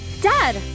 Dad